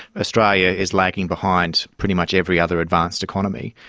australia is lagging behind pretty much every other advanced economy.